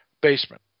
basement